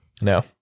No